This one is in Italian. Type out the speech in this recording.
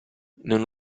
non